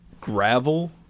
gravel –